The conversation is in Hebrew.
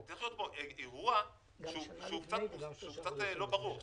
צריך להיות כאן אירוע שהוא קצת לא ברור.